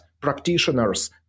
practitioners